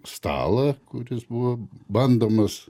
stalą kuris buvo bandomas